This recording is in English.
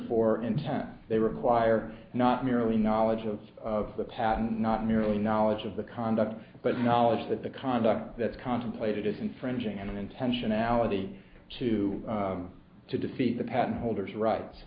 for intent they require not merely knowledge of the patent not merely knowledge of the conduct but knowledge that the conduct that's contemplated is infringing and intentionality to to defeat the patent holders rights